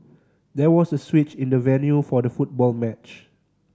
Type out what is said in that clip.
there was a switch in the venue for the football match